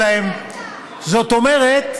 יוצאי אתיופיה, אנחנו אומרים.